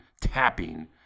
tapping